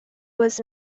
was